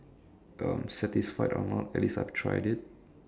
um satisfied or not at least I've tried it